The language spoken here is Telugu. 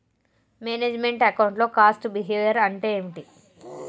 మేనేజ్ మెంట్ అకౌంట్ లో కాస్ట్ బిహేవియర్ అంటే ఏమిటి?